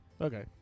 Okay